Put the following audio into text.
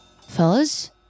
fellas